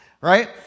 right